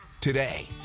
today